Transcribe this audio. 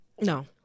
No